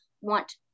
want